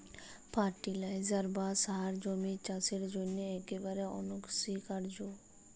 fertiliser বা সার জমির চাসের জন্হে একেবারে অনসীকার্য